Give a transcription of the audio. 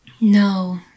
no